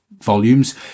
volumes